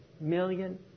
million